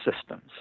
systems